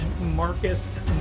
Marcus